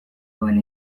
duen